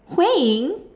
Hui-Ying